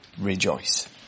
rejoice